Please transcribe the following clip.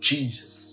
Jesus